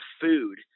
food